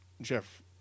Jeff